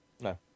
No